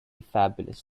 fabulous